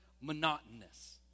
monotonous